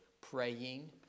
praying